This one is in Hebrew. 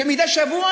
שמדי שבוע,